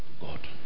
God